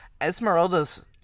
Esmeralda's